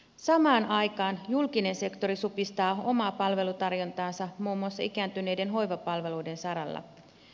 samaan aikaan julkinen sektori supistaa omaa palvelutarjontaansa muun muassa ikääntyneiden hoivapalveluiden saralla